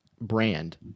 brand